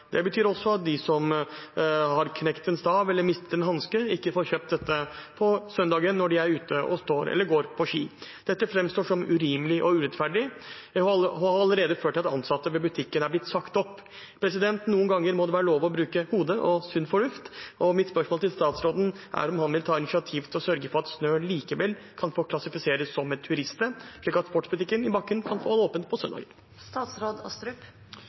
Det betyr også at de som har knekt en stav eller mistet en hanske, ikke får kjøpt dette på søndagen når de er ute og står eller går på ski. Dette framstår som urimelig og urettferdig, og det har allerede ført til at ansatte i butikken har blitt sagt opp. Noen ganger må det være lov til å bruke hodet og sunn fornuft. Mitt spørsmål til statsråden er om han vil ta initiativ til å sørge for at SNØ likevel kan klassifiseres som et turiststed, slik at sportsbutikken i bakken kan holde åpen på